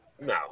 No